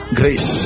grace